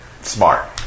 smart